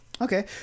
Okay